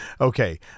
Okay